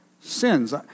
sins